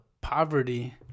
poverty